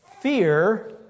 fear